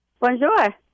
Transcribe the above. Bonjour